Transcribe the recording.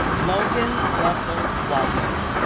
logan russell walter